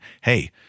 Hey